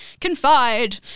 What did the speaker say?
confide